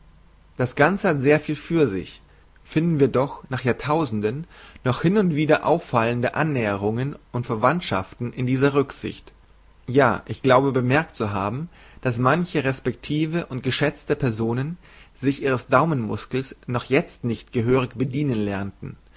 das ganze hat sehr viel für sich finden wir doch nach jahrtausenden noch hin und wieder auffallende annäherungen und verwandschaften in dieser rücksicht ja ich glaube bemerkt zu haben daß manche respektive und geschäzte personen sich ihres daumenmuskels noch jezt nicht gehörig bedienen lernten